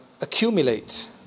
accumulate